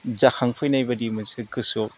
जाखां फैनायबादि मोनसे गोसोआव